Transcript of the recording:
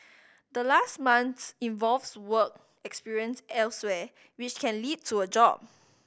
the last month involves work experience elsewhere which can lead to a job